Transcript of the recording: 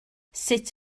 sut